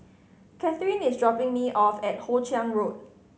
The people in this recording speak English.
Cathrine is dropping me off at Hoe Chiang Road